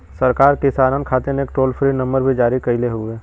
सरकार किसानन खातिर एक टोल फ्री नंबर भी जारी कईले हउवे